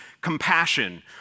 compassion